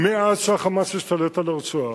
מאז השתלט ה"חמאס" על הרצועה,